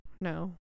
no